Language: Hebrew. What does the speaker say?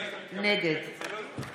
נגד